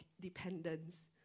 dependence